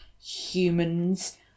humans